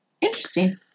Interesting